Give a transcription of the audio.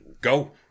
go